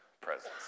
presence